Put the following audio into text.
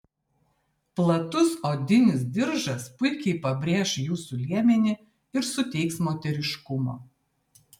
platus odinis diržas puikiai pabrėš jūsų liemenį ir suteiks moteriškumo